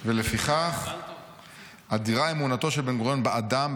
"ולפיכך אדירה אמונתו של בן-גוריון באדם,